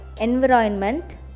environment